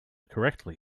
correctly